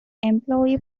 employee